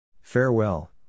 Farewell